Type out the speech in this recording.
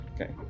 Okay